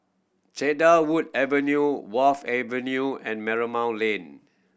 Cedarwood Avenue Wharf Avenue and Marymount Lane